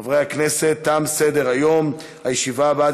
אני קובע שהצעת חוק הסכמים לנשיאת עוברים